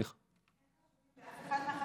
אין חשודים באף אחד מהחמישה?